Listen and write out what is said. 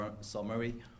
summary